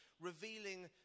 revealing